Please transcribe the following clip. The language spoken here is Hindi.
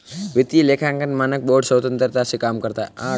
वित्तीय लेखांकन मानक बोर्ड स्वतंत्रता से काम करता है